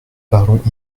parlons